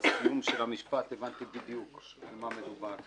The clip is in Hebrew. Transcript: הסיום של המשפט, הבנתי בדיוק על מה מדובר.